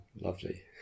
Lovely